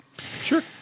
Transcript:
Sure